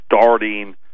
starting